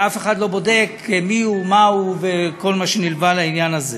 אף אחד לא בודק מיהו ומהו וכל מה שנלווה לעניין הזה.